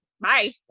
bye